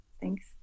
thanks